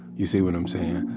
you see what i'm saying?